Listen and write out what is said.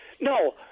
no